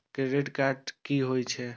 Credit card की होई छै?